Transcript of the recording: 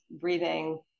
breathing